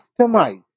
customize